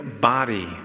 body